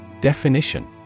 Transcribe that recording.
Definition